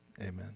Amen